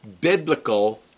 biblical